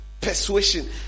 persuasion